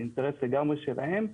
זה אינטרס לגמרי שלהם.